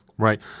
Right